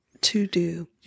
to-do